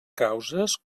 causes